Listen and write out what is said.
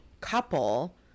couple